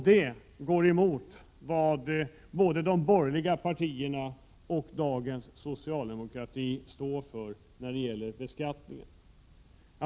Detta går emot vad både de borgerliga partierna och dagens socialdemokrati står för när det gäller beskattningen.